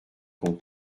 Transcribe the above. con